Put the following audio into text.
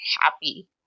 happy